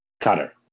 cutter